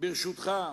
ברשותך,